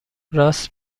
راست